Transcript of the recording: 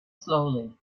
slowly